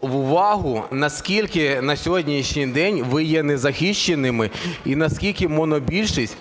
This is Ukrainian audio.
увагу, наскільки на сьогоднішній день ви є незахищеними і наскільки монобільшість